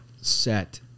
set